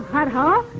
madho